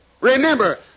Remember